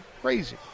crazy